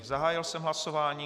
Zahájil jsem hlasování.